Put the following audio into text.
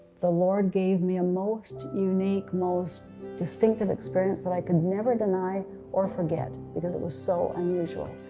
the lord gave me a most unique, most distinctive experience that i could never deny or forget because it was so unusual,